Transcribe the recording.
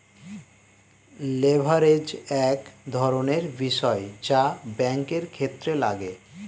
leverage এক ধরনের বিষয় যা ব্যাঙ্কের ক্ষেত্রে লাগে